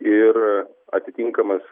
ir atitinkamas